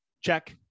Check